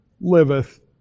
liveth